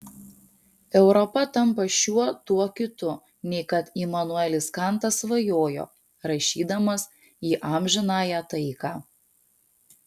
europa tampa šiuo tuo kitu nei kad imanuelis kantas svajojo rašydamas į amžinąją taiką